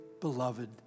beloved